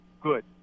good